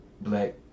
black